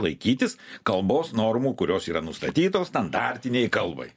laikytis kalbos normų kurios yra nustatytos standartiniai kalbai